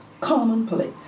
commonplace